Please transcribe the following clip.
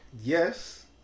Yes